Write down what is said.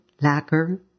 lacquer